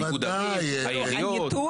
העיריות.